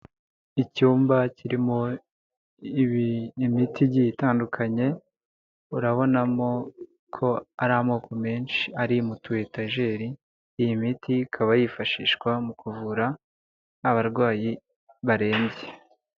Icyumba kirimo imiti igiye itandukanye, urabonamo ko ari amoko menshi ari mutu etajeri, iyi miti ikaba yifashishwa mu kuvura abarwayi barembye.